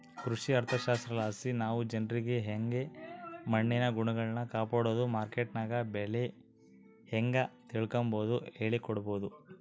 ಕೃಷಿ ಅರ್ಥಶಾಸ್ತ್ರಲಾಸಿ ನಾವು ಜನ್ರಿಗೆ ಯಂಗೆ ಮಣ್ಣಿನ ಗುಣಗಳ್ನ ಕಾಪಡೋದು, ಮಾರ್ಕೆಟ್ನಗ ಬೆಲೆ ಹೇಂಗ ತಿಳಿಕಂಬದು ಹೇಳಿಕೊಡಬೊದು